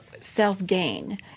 self-gain